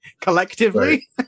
collectively